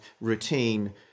routine